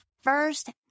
first